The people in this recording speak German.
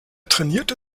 trainierte